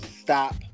stop